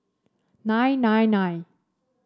nine nine nine